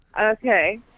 okay